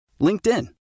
LinkedIn